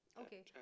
Okay